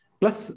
plus